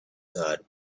side